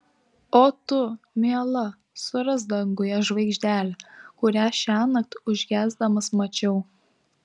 o tu miela surask danguje žvaigždelę kurią šiąnakt užgesdamas mačiau